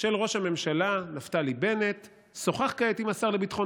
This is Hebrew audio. של ראש הממשלה: נפתלי בנט שוחח כעת עם השר לביטחון